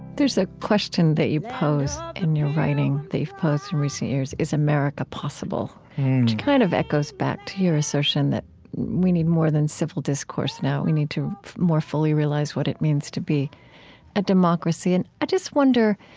there's a question that you pose in your writing, that you've posed in recent years, is america possible? which kind of echoes back to your assertion that we need more than civil discourse now. we need to more fully realize what it means to be a democracy. and i just wonder,